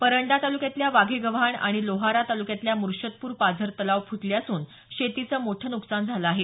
परंडा तालुक्यातला वाघेगव्हाण आणि लोहारा तालुक्यातला मुर्शदपूर पाझर तलाव फुटले असून शेतीचं मोठं नुकसान झालं आहे